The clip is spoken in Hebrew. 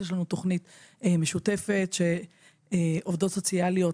יש לנו תוכנית משותפת בה נכנסות עובדות סוציאליות